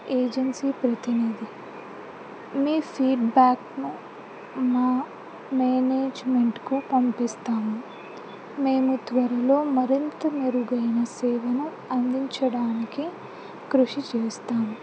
agency ప్రతినిధి మీ feedback మా మేనేజ్మెంట్కు పంపిస్తాము మేము త్వరలో మరింత మెరుగైన సేవను అందించడానికి కృషి చేస్తాము